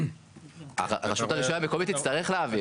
הרשות המקומית תצטרך להעביר.